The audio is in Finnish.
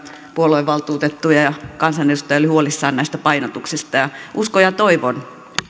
puoluevaltuutettuja ja kansanedustajia oli huolissaan näistä painotuksista uskon ja toivon että